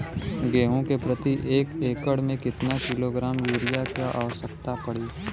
गेहूँ के प्रति एक एकड़ में कितना किलोग्राम युरिया क आवश्यकता पड़ी?